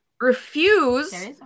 refuse